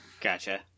gotcha